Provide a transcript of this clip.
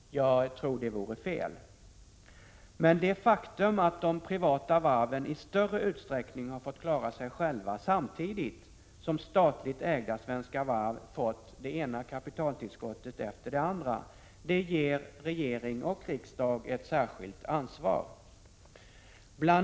Jag tror att det vore felaktigt. Det faktum att de privata varven i större utsträckning har fått klara sig själva, samtidigt som statligt ägda Svenska Varv har fått det ena kapitaltillskottet efter det andra, ger regering och riksdag ett särskilt ansvar. Bl.